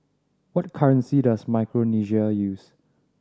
what currency does Micronesia use